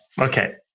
Okay